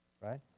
right